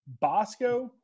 Bosco